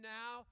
now